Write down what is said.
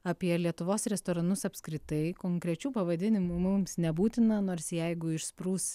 apie lietuvos restoranus apskritai konkrečių pavadinimų mums nebūtina nors jeigu išsprūs